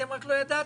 אתם רק לא ידעתם.